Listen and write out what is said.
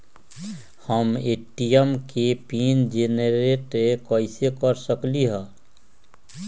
हम ए.टी.एम के PIN generate कईसे कर सकली ह?